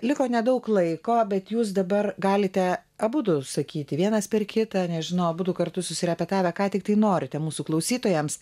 liko nedaug laiko bet jūs dabar galite abudu sakyti vienas per kitą nežinau abudu kartu surepetavę ką tiktai norite mūsų klausytojams